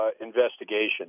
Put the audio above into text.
investigation